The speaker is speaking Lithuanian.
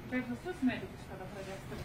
taip visus medikus tada pradės tirt